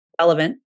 relevant